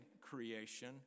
creation